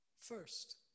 first